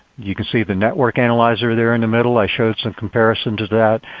you can see the network analyzer there in the middle. i showed some comparison to that.